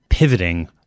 pivoting